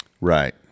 Right